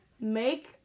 Make